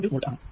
2 വോൾട് ആണ്